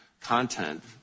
content